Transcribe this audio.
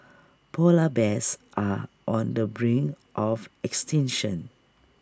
Polar Bears are on the brink of extinction